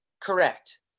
Correct